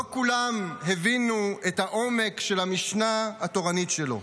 לא כולם הבינו את העומק של המשנה התורנית שלו.